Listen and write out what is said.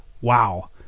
Wow